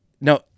no